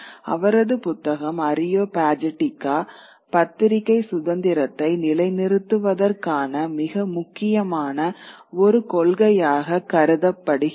அவரது புத்தகம் அரியோபாகிடிகா பத்திரிகை சுதந்திரத்தை நிலைநிறுத்துவதற்கான மிக முக்கியமான ஒரு கொள்கையாகக் கருதப்படுகிறது